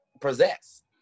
possess